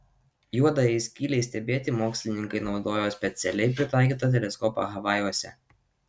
juodajai skylei stebėti mokslininkai naudojo specialiai pritaikytą teleskopą havajuose